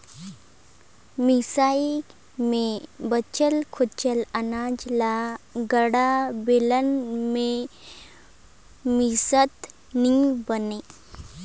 मिसई मे बाचल खोचल अनाज ल गाड़ा, बेलना मे मिसत नी बने